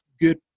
good